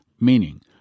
meaning